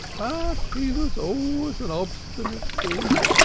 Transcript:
but she was always an obstinate pig.